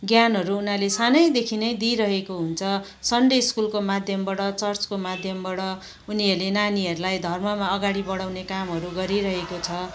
ज्ञानहरू उनीहरूले सानैदेखि नै दिइरहेको हुन्छ सन्डे स्कुलको माध्यमबाट चर्चको माध्यमबाट उनीहरूले नानीहरूलाई धर्ममा अगाडि बढाउने कामहरू गरिरहेको छ